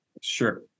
Sure